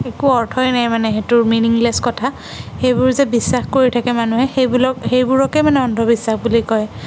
একো অৰ্থই নাই মানে সেইটোৰ মিনিংলেছ কথা সেইবোৰ যে বিশ্বাস কৰি থাকে মানুহে সেইবোলক সেইবোৰকে মানে অন্ধবিশ্বাস বুলি কয়